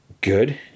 good